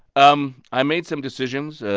um i made some decisions.